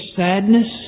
sadness